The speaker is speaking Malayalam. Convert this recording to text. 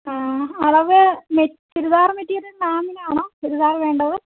അളവ് മെ ചുരിദാർ മെറ്റീരിയൽ മാമിനാണോ ചുരിദാർ വേണ്ടത്